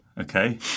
okay